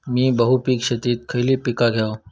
मी बहुपिक शेतीत खयली पीका घेव?